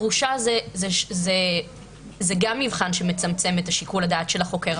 דרושה זה גם מבחן שמצמצם את שיקול הדעת של החוקר.